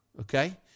Okay